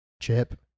Chip